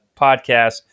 podcast